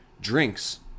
drinks